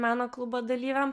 meno klubo dalyviam